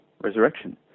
resurrection